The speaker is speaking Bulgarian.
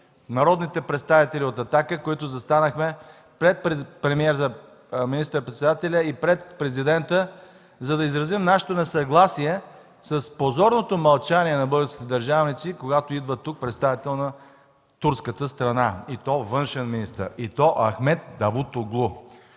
народните представители от „Атака”, които застанахме пред министър-председателя и Президента, за да изразим нашето несъгласие с позорното мълчание на българските държавници, когато идва тук представител на турската страна и то външен министър, и то Амхед Давутоглу.